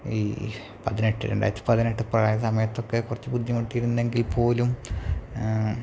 ഈ പതിനെട്ട് രണ്ടായിരത്തി പതിനെട്ട് പ്രളയ സമയതൊക്കെ കുറച്ച് ബുദ്ധിമുട്ടിയിരുന്നെങ്കിൽപ്പോലും